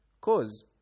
Cause